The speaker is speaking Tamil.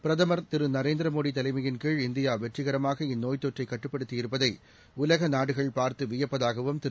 பிரதமர்நரேந்திரமோடிதலைமையின்கீழ்இந்தியா வெற்றிகரமாகஇந்நோய்தொற்றைக்கட்டுப்படுத்தியிருப்பதைஉலகநாடுகள்பார்த்துவிய ப்பதாகவும்திரு